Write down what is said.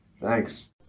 Thanks